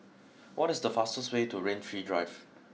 what is the fastest way to Rain Tree Drive